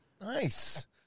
Nice